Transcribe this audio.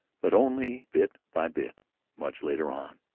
but only bit by bit much later on.